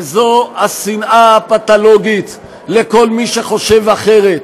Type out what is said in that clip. וזה השנאה הפתולוגית לכל מי שחושב אחרת,